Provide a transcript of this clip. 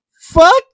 fuck